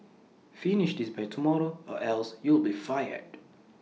finished this by tomorrow or else you'll be fired